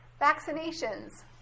vaccinations